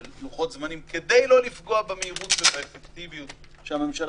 יכול להיות שאפשר